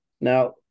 Now